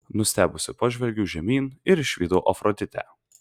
nustebusi pažvelgiau žemyn ir išvydau afroditę